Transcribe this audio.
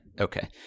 Okay